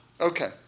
Okay